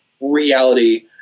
reality